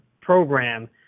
program